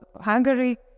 Hungary